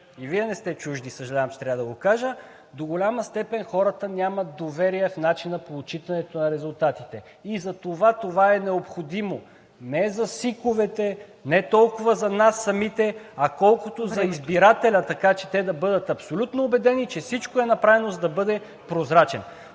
и Вие не сте чужди – съжалявам, че трябва да го кажа, до голяма степен хората нямат доверие в начина на отчитането на резултатите. И затова това е необходимо. Не за СИК-овете, не толкова за нас самите, колкото за избирателите, така че те да бъдат абсолютно убедени, че всичко е направено, за да бъде прозрачен.